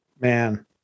Man